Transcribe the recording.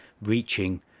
reaching